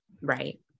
Right